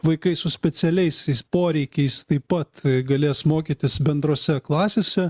vaikai su specialiaisiais poreikiais taip pat galės mokytis bendrose klasėse